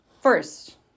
first